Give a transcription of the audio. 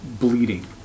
bleeding